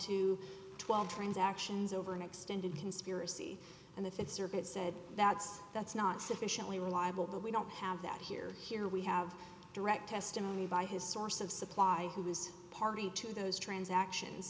to twelve transactions over an extended conspiracy and the th circuit said that's that's not sufficiently reliable but we don't have that here here we have direct testimony by his source of supply who was party to those transaction